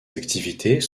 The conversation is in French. activités